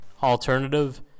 alternative